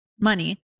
money